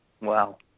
Wow